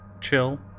chill